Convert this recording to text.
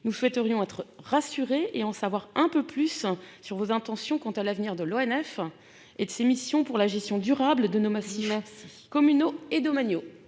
nous souhaiterions être rassurés et en savoir un peu plus sur vos intentions quant à l'avenir de l'ONF et de ses missions pour la gestion durable de nos massifs communaux et domaniaux.